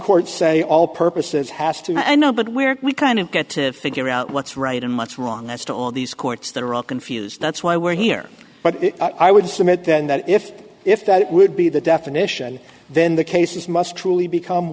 courts say all purposes has to i know but where we kind of get to figure out what's right and much wrong that's to all these courts that are all confused that's why we're here but i would submit then that if if that would be the definition then the cases must truly become